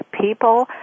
people